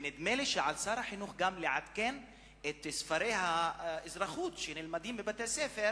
ונדמה לי שעל שר החינוך לעדכן את ספרי האזרחות שנלמדים בבתי-הספר